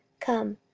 come,